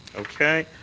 okay.